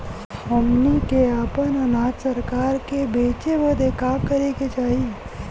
हमनी के आपन अनाज सरकार के बेचे बदे का करे के चाही?